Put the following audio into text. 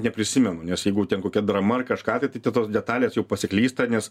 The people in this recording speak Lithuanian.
neprisimenu nes jeigu ten kokia drama ar kažką tai te tos detalės jau pasiklysta nes